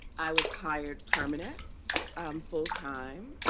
i was hired permanent um full time,